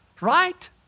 Right